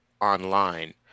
online